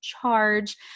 charge